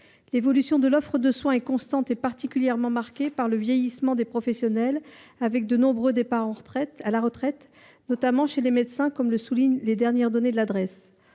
L’évolution de l’offre de soins est constante et particulièrement marquée par le vieillissement des professionnels avec de nombreux départs à la retraite, notamment chez les médecins comme le soulignent les dernières données de la Drees.